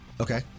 okay